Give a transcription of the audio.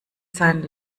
sein